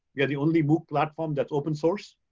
yeah the only mooc platform that's open source.